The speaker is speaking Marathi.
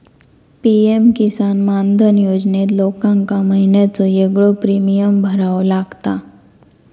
पी.एम किसान मानधन योजनेत लोकांका महिन्याचो येगळो प्रीमियम भरावो लागता